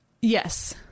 Yes